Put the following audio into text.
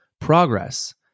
progress